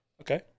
Okay